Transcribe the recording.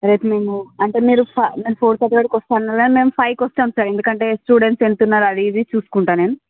రేపు మేము అంటే మీరు మేము ఫోర్ థర్టీ వరకు వస్తాను అన్నారు కదా మేము ఫైవ్ కి వస్తాం సార్ ఎందుకంటే స్టూడెంట్స్ ఎంత ఉన్నారు అదిఇది చూసుకుంటా నేను